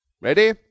ready